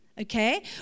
okay